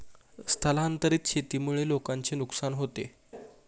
स्थलांतरित शेतीमुळे लोकांचे नुकसान होते